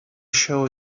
show